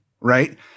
right